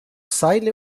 seile